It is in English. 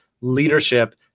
leadership